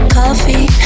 coffee